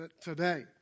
today